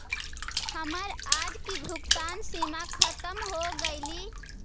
हमर आज की भुगतान सीमा खत्म हो गेलइ